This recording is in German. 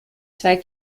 zwei